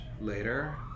later